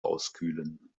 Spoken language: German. auskühlen